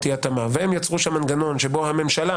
אי-התאמה והם יצרו מנגנון שבו הממשלה